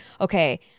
okay